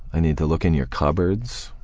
i need to look in your cupboards,